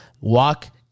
Walk